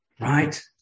Right